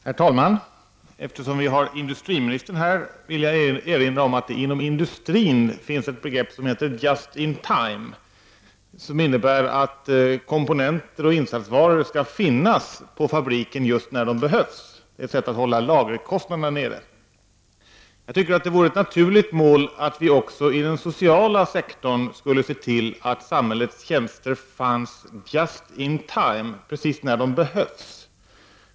Herr talman! Eftersom vi har industriministern här i kammaren vill jag erinra om att det inom industrin finns ett begrepp som heter ”just in time”. Det innebär att komponenter och insatsvaror skall finnas på fabriken när de behövs — ett sätt att hålla lagerkostnaderna nere. Jag tycker det vore ett naturligt mål att också i den sociala sektorn se till att samhällstjänster fås ”just in time”, precis när de behövs.